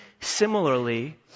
similarly